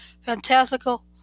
fantastical